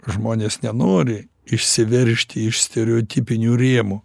žmonės nenori išsiveržti iš stereotipinių rėmų